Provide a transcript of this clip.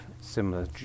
similar